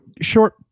short